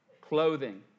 clothing